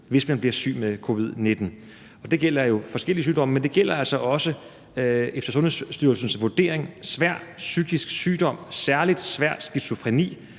hvis man bliver syg med covid-19. Det gælder jo forskellige sygdomme, men det gælder altså efter Sundhedsstyrelsens vurdering også svær psykisk sygdom, særlig svær skizofreni.